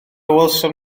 welsom